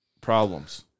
problems